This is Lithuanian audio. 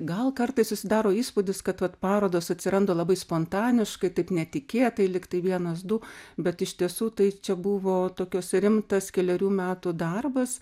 gal kartais susidaro įspūdis kad vat parodos atsiranda labai spontaniškai taip netikėtai lyg tai vienas du bet iš tiesų tai čia buvo tokios rimtas kelerių metų darbas